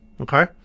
Okay